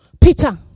Peter